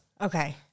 Okay